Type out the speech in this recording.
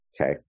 Okay